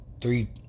three